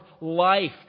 life